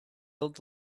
old